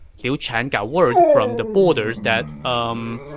liu chan got word from the borders that umm,